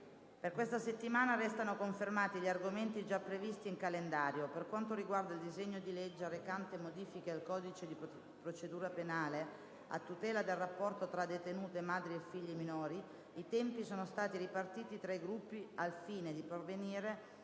Per questa settimana restano confermati gli argomenti già previsti in calendario. Per quanto riguarda il disegno di legge recante modifiche al codice di procedura penale a tutela del rapporto tra detenute madre e figli minori, i tempi sono stati ripartiti tra i Gruppi al fine di pervenire